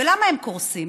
ולמה הם קורסים?